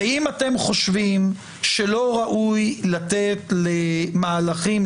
ואם אתם חושבים שלא ראוי לתת למהלכים,